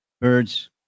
Birds